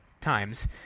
times